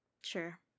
Sure